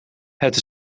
het